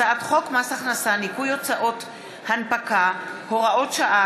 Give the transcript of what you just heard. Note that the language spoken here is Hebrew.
הצעת חוק מס הכנסה (ניכוי הוצאות הנפקה) (הוראת שעה),